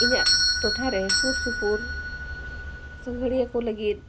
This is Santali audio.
ᱤᱧᱟᱹᱜ ᱴᱚᱴᱷᱟᱨᱮ ᱥᱩᱨ ᱥᱩᱯᱩᱨ ᱥᱟᱸᱜᱷᱟᱨᱤᱭᱟᱹ ᱠᱚ ᱞᱟᱹᱜᱤᱫ